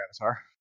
avatar